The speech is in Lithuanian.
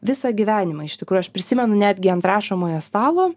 visą gyvenimą iš tikrųjų aš prisimenu netgi ant rašomojo stalo